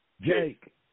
Jake